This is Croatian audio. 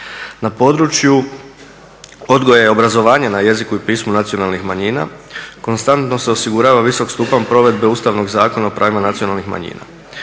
Na području odgoja i obrazovanja na jeziku i pismu nacionalnih manjina konstantno se osigurava visok stupanj provedbe Ustavnog zakona o pravima nacionalnih manjina.